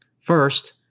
First